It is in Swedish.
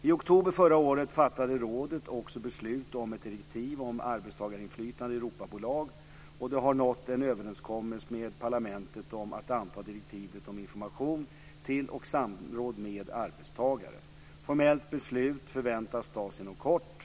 I oktober förra året fattade rådet också beslut om ett direktiv om arbetstagarinflytande i Europabolag, och det har nått en överenskommelse med parlamentet om att anta direktivet om information till och samråd med arbetstagare. Formellt beslut förväntas fattas inom kort.